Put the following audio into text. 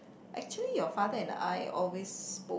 actually your father and I always spoke